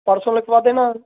परसों लिखवा देना